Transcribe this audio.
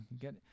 get